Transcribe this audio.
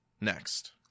next